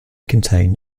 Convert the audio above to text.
contain